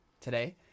today